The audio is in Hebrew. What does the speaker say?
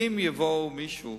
אם יבוא מישהו,